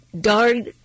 darn